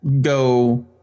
go